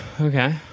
Okay